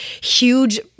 huge